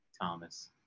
Thomas